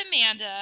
amanda